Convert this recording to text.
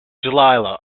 dahlia